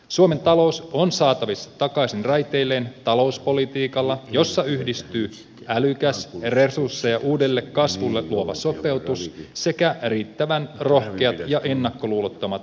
suomen talous on saatavissa takaisin raiteilleen talouspolitiikalla jossa yhdistyvät älykäs resursseja uudelle kasvulle luova sopeutus sekä riittävän rohkeat ja ennakkoluulottomat rakenneuudistukset